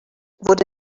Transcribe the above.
wurde